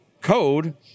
code